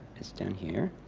it's down here.